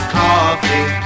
coffee